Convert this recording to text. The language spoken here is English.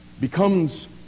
becomes